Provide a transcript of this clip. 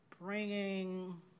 bringing